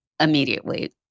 immediately